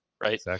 Right